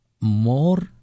more